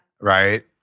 right